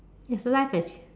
it's life achie~